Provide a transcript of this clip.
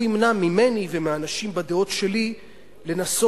הוא ימנע ממני ומהאנשים בדעות שלי לנסות